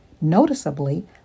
Noticeably